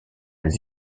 les